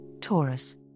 Taurus